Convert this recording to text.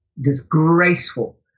disgraceful